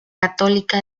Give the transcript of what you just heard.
católica